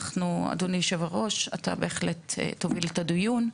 אדוני היו"ר, אתה בהחלט תוביל את הדיון,